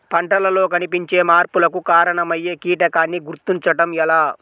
పంటలలో కనిపించే మార్పులకు కారణమయ్యే కీటకాన్ని గుర్తుంచటం ఎలా?